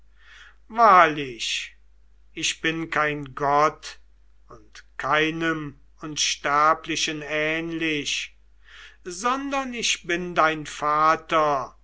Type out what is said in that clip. wahrlich ich bin kein gott und keinem unsterblichen ähnlich sondern ich bin dein vater